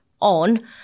on